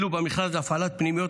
במכרז להפעלת פנימיות,